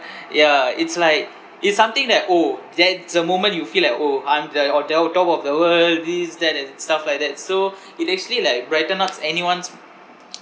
ya it's like it's something that orh that is the moment you feel like orh I'm the on top on top of the world this that and stuff like that so it actually like brighten ups anyone's